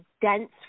dense